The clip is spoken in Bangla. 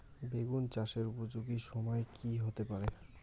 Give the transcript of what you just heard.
বেগুন চাষের উপযোগী সময় কি হতে পারে?